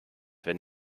wenn